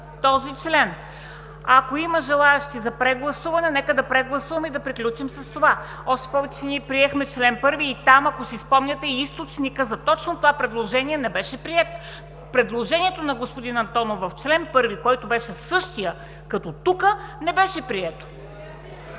този член. Ако има желаещи за прегласуване, нека да прегласуваме, и да приключим с това. Още повече ние приехме чл. 1 и там, ако си спомняте, източникът за точно това предложение не беше приет. Предложението на господин Антонов в чл. 1, който беше същият като тук, не беше приет.